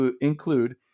include